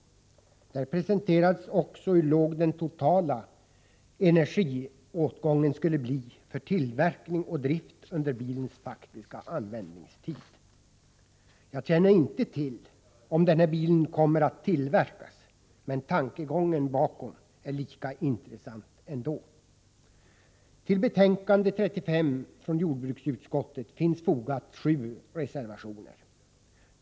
Där presenterades också hur låg den totala energiåtgången skulle bli för tillverkning och drift under bilens faktiska användningstid. Jag känner inte till om den här bilen kommer att tillverkas, men tankegången bakom är lika intressant ändå. Till betänkandet 35 från jordbruksutskottet finns sju reservationer fogade.